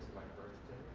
my birthday.